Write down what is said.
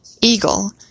Eagle